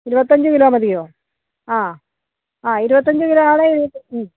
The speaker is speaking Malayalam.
ഇരുപത്തഞ്ച് കിലോ മതിയോ ആ ആ ഇരുപത്തഞ്ച് കിലോ ആണെങ്കിൽ ഉം